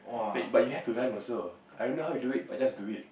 but you have to run also I don't know how you do it but just do it